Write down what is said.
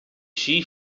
she